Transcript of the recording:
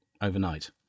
overnight